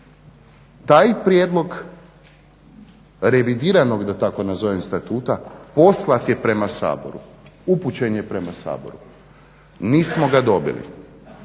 Taj prijedlog revidiranog da tako nazovem statuta poslat je prema Saboru, upućen je prema Saboru, nismo ga dobili,